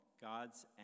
God's